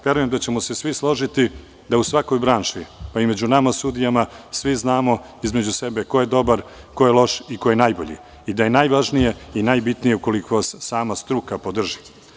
Verujem da se slažemo da u svakoj branši, pa i među nama sudijama, svi znamo između sebe ko je dobar, ko je loš i ko je najbolji i da je najvažnije i najbitnije ukoliko vas sama struka podrži.